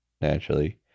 naturally